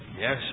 Yes